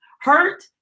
Hurt